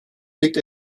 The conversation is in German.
liegt